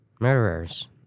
murderers